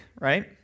right